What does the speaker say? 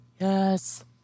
Yes